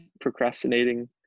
procrastinating